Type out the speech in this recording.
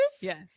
Yes